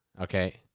Okay